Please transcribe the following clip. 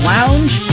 Lounge